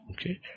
Okay